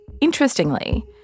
interestingly